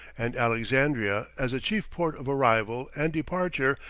and alexandria, as the chief port of arrival and departure,